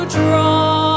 draw